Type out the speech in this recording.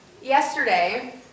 Yesterday